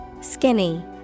Skinny